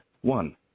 one